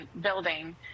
building